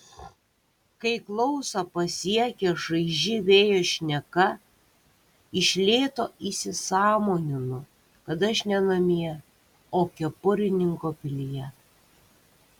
kai klausą pasiekia šaiži vėjo šneka iš lėto įsisąmoninu kad aš ne namie o kepurininko pilyje